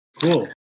Cool